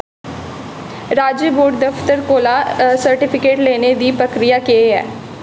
राज्य बोर्ड दफतर कोला सर्टिफिकेट लैने दी प्रक्रिया केह् ऐ